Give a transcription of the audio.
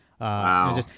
Wow